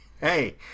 Hey